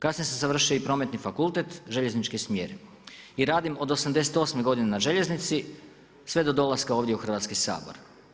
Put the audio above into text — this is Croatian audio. Kasnije sam završio i Prometni fakultet Željeznički smjer i radim od '88. godina na željeznici sve do dolaska ovdje u Hrvatski sabor.